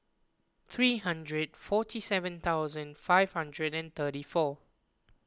three hundred forty seven thousand five hundred and thirty four